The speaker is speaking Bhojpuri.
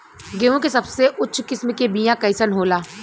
गेहूँ के सबसे उच्च किस्म के बीया कैसन होला?